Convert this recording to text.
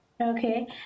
okay